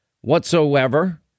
whatsoever